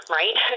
right